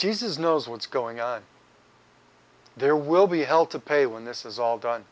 jesus knows what's going on there will be hell to pay when this is all done